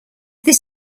this